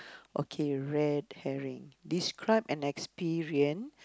okay red herring describe an experience